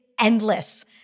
endless